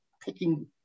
picking